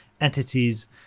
entities